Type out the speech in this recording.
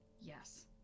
yes